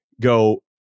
go